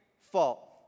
fault